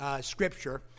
Scripture